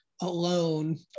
alone